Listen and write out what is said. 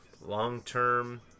long-term